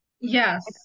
yes